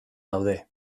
daude